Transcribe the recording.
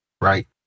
right